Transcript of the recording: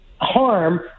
harm